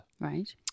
right